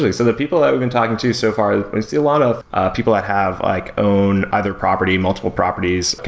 like so people that we've been talking to so far, we see a lot of ah people that have like own either property, multiple properties,